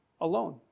alone